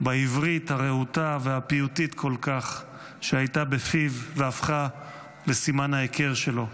בעברית הרהוטה והפיוטית כל כך שהייתה בפיו והפכה לסימן ההיכר שלו.